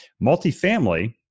Multifamily